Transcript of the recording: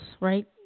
right